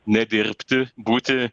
nedirbti būti